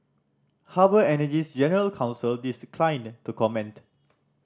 harbour Energy's general counsel declined to comment